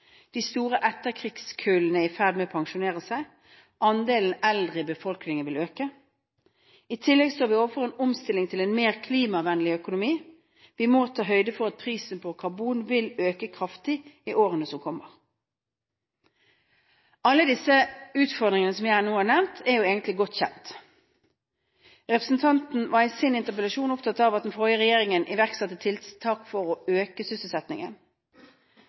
De store etterkrigskullene er i ferd med å pensjonere seg. Andelen eldre i befolkningen vil øke. I tillegg står vi overfor en omstilling til en mer klimavennlig økonomi. Vi må ta høyde for at prisen på karbon vil øke kraftig i årene som kommer. Alle disse utfordringene som jeg nå har nevnt, er egentlig godt kjent. Representanten Andersen var i sin interpellasjon opptatt av at den forrige regjeringen iverksatte tiltak for å øke sysselsettingen.